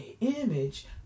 image